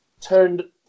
turned